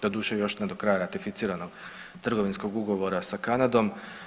Doduše još ne do kraja ratificiranog trgovinskog ugovora sa Kanadom.